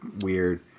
weird